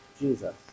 Jesus